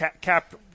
cap